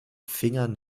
fingern